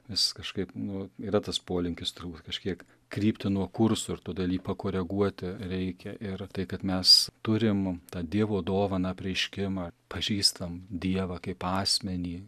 vis kažkaip nu yra tas polinkis turbūt kažkiek krypti nuo kurso ir todėl jį pakoreguoti reikia ir tai kad mes turim tą dievo dovaną apreiškimą pažįstam dievą kaip asmenį